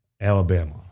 Alabama